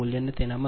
25 5030 10112